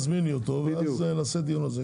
אני מציע להזמין אותך ונקיים על כך דיון.